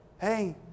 Hey